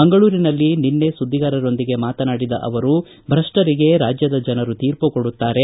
ಮಂಗಳೂರಿನಲ್ಲಿ ನಿನ್ನೆ ಸುದ್ದಿಗಾರರೊಂದಿಗೆ ಮಾತನಾಡಿದ ಅವರು ಭ್ರಷ್ಟರಿಗೆ ರಾಜ್ಯದ ಜನರು ಕೊಡುತ್ತಾರೆ